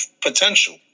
potential